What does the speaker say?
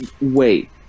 Wait